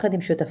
יחד עם שותפיו,